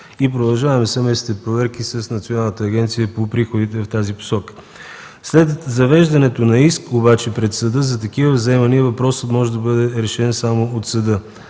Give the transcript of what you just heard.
Продължаваме съвместни проверки с Националната агенция по приходите в тази посока. След завеждането на иск пред съда обаче за такива вземания въпросът може да бъде решен само от съда.